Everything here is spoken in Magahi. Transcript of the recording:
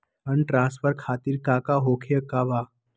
फंड ट्रांसफर खातिर काका होखे का बा?